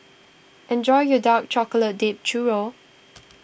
enjoy your Dark Chocolate Dipped Churro